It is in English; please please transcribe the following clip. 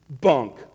Bunk